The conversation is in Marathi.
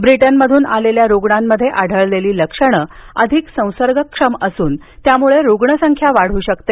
ब्रिटनमधून आलेल्या रुग्णांमध्ये आढळलेली लक्षणं अधिक संसर्गक्षम असून त्यामुळे रुग्णसंख्या वाढू शकते